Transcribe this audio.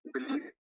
Believe